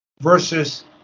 Versus